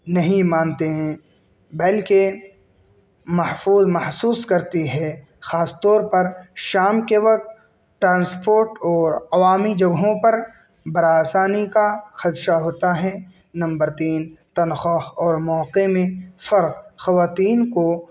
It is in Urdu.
نہیں مانتے ہیں بلکہ محفوظ محسوس کرتی ہے خاص طور پر شام کے وقت ٹرانسپورٹ اور عوامی جگہوں پر برآسانی کا خدشہ ہوتا ہے نمبر تین تنخواہ اور موقعے میں فرق خواتین کو